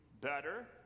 better